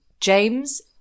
James